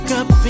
up